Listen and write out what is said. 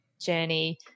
journey